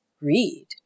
read